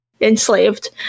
enslaved